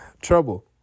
Trouble